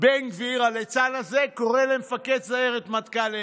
בן גביר הליצן הזה קורא למפקד סיירת מטכ"ל "אפס".